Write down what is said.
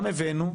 גם הבאנו,